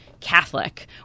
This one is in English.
catholic